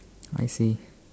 I see